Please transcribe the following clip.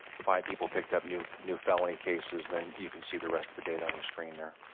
five people picked up new new felony cases then you can see the rest of the data on your screen there.